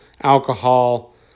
alcohol